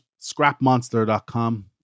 Scrapmonster.com